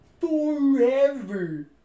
forever